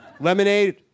Lemonade